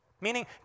meaning